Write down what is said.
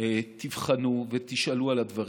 תבחנו ותשאלו על הדברים.